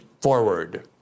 forward